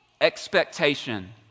expectation